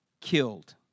killed